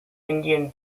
indian